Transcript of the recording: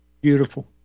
Beautiful